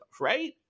right